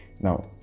now